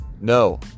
No